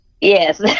Yes